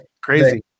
crazy